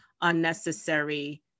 unnecessary